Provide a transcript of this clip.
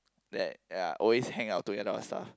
that ya always hang out together or stuff